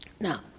Now